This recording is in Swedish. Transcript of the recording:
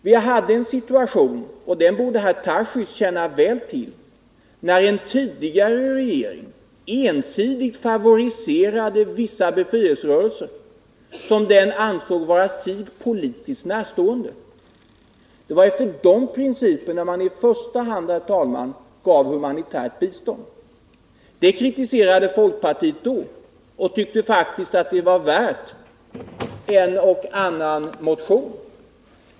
Vi hade en situation — och den borde herr Tarschys känna väl till — när en tidigare regering ensidigt favoriserade vissa befrielserörelser som den ansåg vara sig politiskt närstående. Det var efter i första hand de principerna som man gav humanitärt bistånd. Detta kritiserade folkpartiet då, och man tyckte dessutom att det var värt en och annan motion.